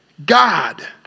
God